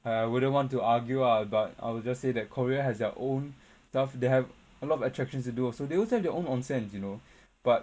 I I wouldn't want to argue ah but I will just say that korea has their own stuff they have a lot of attractions you do also they also have their onsen you know but